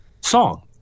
song